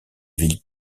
ville